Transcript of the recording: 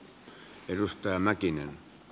arvoisa herra puhemies